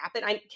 happen